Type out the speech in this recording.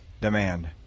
demand